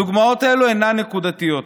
הדוגמאות האלה אינן נקודתיות.